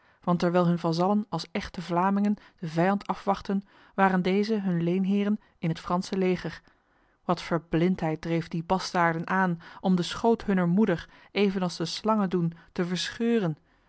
want terwijl hun vazallen als echte vlamingen de vijand afwachtten waren deze hun leenheren in het franse leger wat verblindheid dreef die bastaarden aan om de schoot hunner moeder evenals de slangen doen te verscheuren